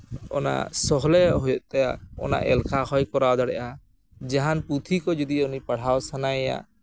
ᱚᱱᱟ ᱥᱚᱦᱞᱮᱜ ᱦᱩᱭᱩᱜ ᱛᱟᱭᱟ ᱚᱱᱟ ᱮᱞᱠᱷᱟ ᱦᱚᱭ ᱠᱚᱨᱟᱣ ᱫᱟᱲᱮᱭᱟᱜᱼᱟ ᱡᱟᱦᱟᱱ ᱯᱩᱛᱷᱤ ᱠᱚ ᱡᱩᱫᱤ ᱩᱱᱤ ᱯᱟᱲᱦᱟᱣ ᱥᱟᱱᱟᱭᱮᱭᱟ